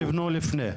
שנבנו לפני.